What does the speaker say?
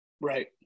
Right